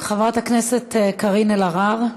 חברת הכנסת קארין אלהרר,